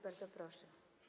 Bardzo proszę.